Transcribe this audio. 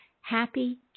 happy